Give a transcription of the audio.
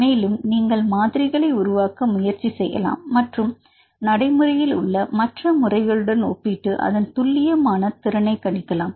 மேலும் நீங்கள் மாதிரிகளை உருவாக்க முயற்சி செய்யலாம் மற்றும் நடைமுறையில் உள்ள மற்ற முறைகளுடன் ஒப்பிட்டு அதன் துல்லியமான திறனை கணிக்கலாம்